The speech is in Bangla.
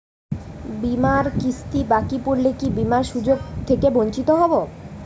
বিমার কিস্তি বাকি পড়লে কি বিমার সুযোগ থেকে বঞ্চিত হবো?